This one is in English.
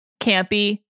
campy